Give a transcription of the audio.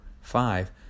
five